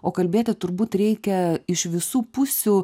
o kalbėti turbūt reikia iš visų pusių